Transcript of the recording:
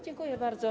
Dziękuję bardzo.